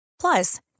Plus